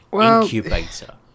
incubator